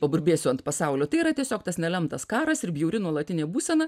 paburbėsiu ant pasaulio tai yra tiesiog tas nelemtas karas ir bjauri nuolatinė būsena